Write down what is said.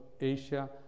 Asia